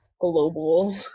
global